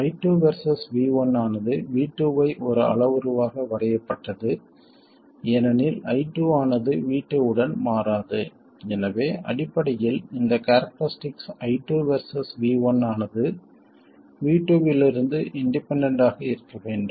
I2 versus V1 ஆனது V2 ஐ ஒரு அளவுருவாக வரையப்பட்டது ஏனெனில் I2 ஆனது V2 உடன் மாறாது எனவே அடிப்படையில் இந்த கேரக்டரிஸ்டிக் I2 வெர்சஸ் V1 ஆனது V2 இலிருந்து இண்டிபெண்டண்ட் ஆக இருக்க வேண்டும்